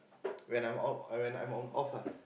when I'm off I mean I'm off off ah